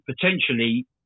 potentially